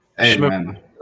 Amen